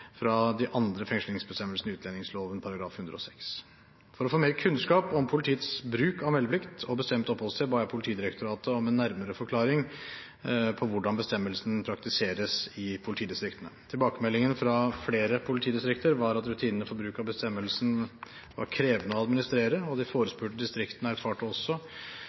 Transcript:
fra antallet som ble fengslet på grunn av de andre fengslingsbestemmelsene i utlendingsloven § 106. For å få mer kunnskap om politiets bruk av meldeplikt og bestemt oppholdssted ba jeg Politidirektoratet om en nærmere forklaring på hvordan bestemmelsen praktiseres i politidistriktene. Tilbakemeldingen fra flere politidistrikter var at rutinene for bruk av bestemmelsen var krevende å administrere, og de